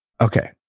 Okay